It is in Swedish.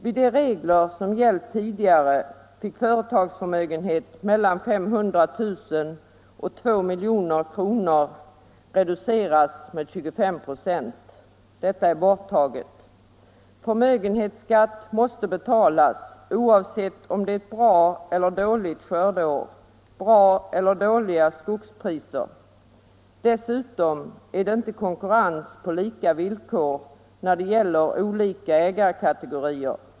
Vid de regler som gällt tidigare fick företagsförmögenhet mellan 500 000 och 2 milj.kr. reduceras med 25 26. Detta stadgande är borttaget. Förmögenhetsskatt måste betalas oavsett om det är ett bra eller ett dåligt skördeår, bra eller dåliga skogspriser. Dessutom är det inte konkurrens på lika villkor mellan olika ägarkategorier.